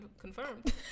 confirmed